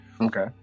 Okay